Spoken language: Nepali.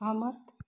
हमत